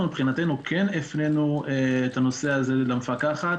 מבחינתנו כן הפנינו את הנושא הזה למפקחת,